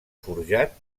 forjat